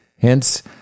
Hence